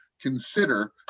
consider